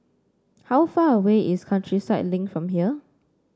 how far away is Countryside Link from here